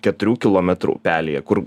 keturių kilometrų upelyje kur